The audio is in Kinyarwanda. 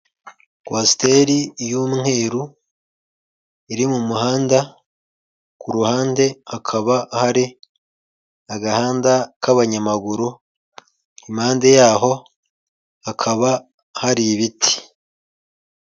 Kwasiteri y'umweru iri mu muhanda, ku ruhande hakaba hari agahanda k'abanyamaguru, impande yaho hakaba hari ibiti.